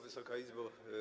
Wysoka Izbo!